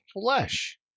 flesh